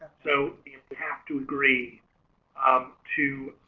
so you have to agree um to